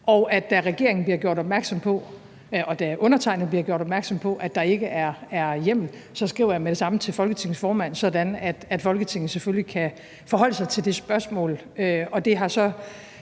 og da undertegnede bliver gjort opmærksom på, at der ikke er hjemmel, skriver jeg med det samme til Folketingets formand, sådan at Folketinget selvfølgelig kan forholde sig til det spørgsmål.